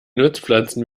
nutzpflanzen